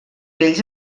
ells